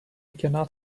cannot